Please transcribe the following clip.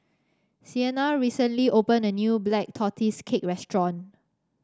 Siena recently opened a new Black Tortoise Cake restaurant